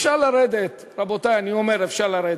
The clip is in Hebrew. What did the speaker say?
אפשר לרדת, רבותי, אני אומר, אפשר לרדת,